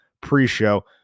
pre-show